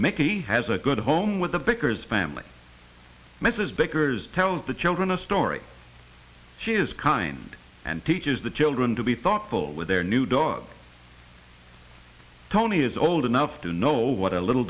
mickey has a good home with the bakers family mrs baker's tells the children a story she is kind and teaches the children to be thoughtful with their new dog tony is old enough to know what a little